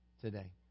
today